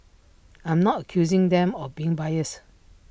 I'm not accusing them of being biased